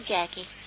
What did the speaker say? Jackie